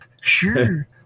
sure